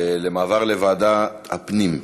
למעבר לוועדת הפנים.